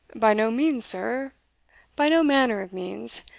by no means, sir by no manner of means.